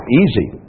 easy